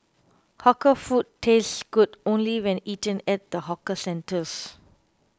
hawker food tastes good only when eaten at the hawker centres